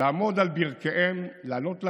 לעמוד על ברכיהם, לעלות לרגל.